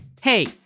Hey